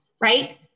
right